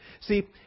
See